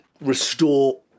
restore